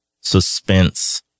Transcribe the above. suspense